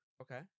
Okay